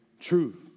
truth